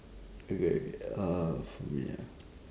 okay okay uh for me uh